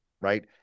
right